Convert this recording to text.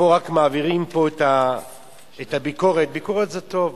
ופה מעבירים רק ביקורת, ביקורת זה טוב,